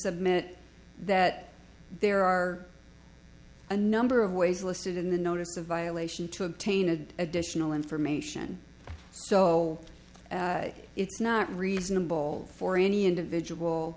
submit that there are a number of ways listed in the notice of violation to obtain and additional information so it's not reasonable for any individual